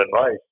advice